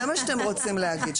זה מה שאתם רוצים להגיד,